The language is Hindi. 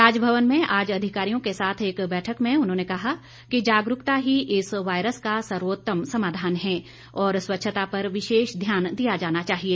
राजभवन में आज अधिकारियों के साथ एक बैठक में उन्होंने कहा कि जागरूकता ही इस वायरस का सर्वोत्तम समाधान है और स्वच्छता पर विशेष ध्यान दिया जाना चाहिए